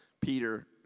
Peter